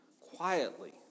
quietly